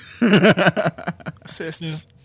Assists